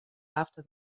after